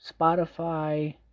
Spotify